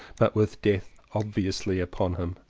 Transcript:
but with death obviously upon him.